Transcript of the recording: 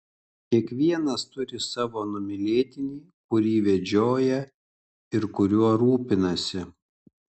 kiekvienas turi savo numylėtinį kurį vedžioja ir kuriuo rūpinasi